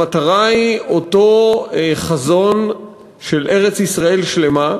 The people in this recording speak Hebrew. המטרה היא אותו חזון של ארץ-ישראל שלמה,